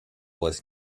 was